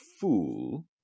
fool